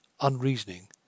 unreasoning